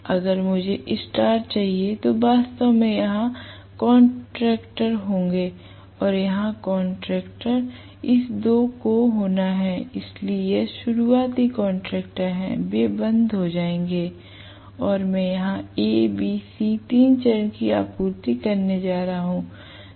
अगर मुझे स्टार चाहिए तो वास्तव में यहाँ कांट्रेक्टर होंगे और यहाँ कांट्रेक्टर इस दो को होना है इसलिए यह शुरुआती कांट्रेक्टर हैं वे बंद हो जाएंगे और मैं यहाँ A B C तीन चरण की आपूर्ति करने जा रहा हूँ